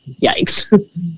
yikes